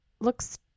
looks